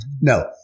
No